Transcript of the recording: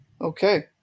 okay